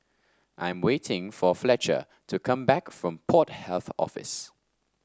I am waiting for Fletcher to come back from Port Health Office